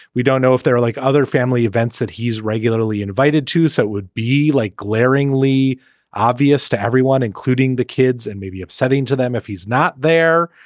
we don't know if they're like other family events that he's regularly invited to so it would be like glaringly obvious to everyone including the kids and maybe upsetting to them if he's not there.